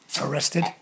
Arrested